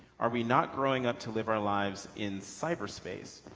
are we not growing up to live our lives in cyberspace?